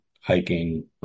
hiking